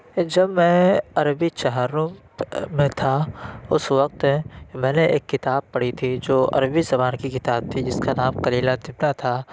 جب میں عربی چہارم میں تھا اس وقت میں نے ایک کتاب پڑھی تھی جو عربی زبان کی کتاب تھی جس کا نام کلیلہ دمنہ تھا